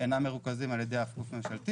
אינם מרוכזים על ידי אף גוף ממשלתי.